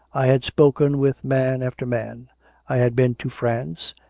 i had spoken with man after man i had been to france,